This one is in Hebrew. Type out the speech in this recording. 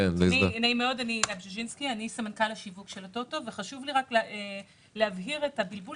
אני סמנכ"לית השיווק של הטוטו וחשוב לי להבהיר את הבלבול